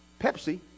Pepsi